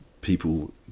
people